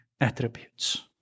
Attributes